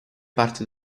parte